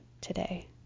today